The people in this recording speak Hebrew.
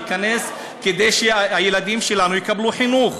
הוא ייכנס כדי שהילדים שלנו יקבלו חינוך.